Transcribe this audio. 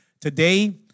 today